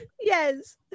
yes